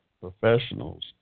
professionals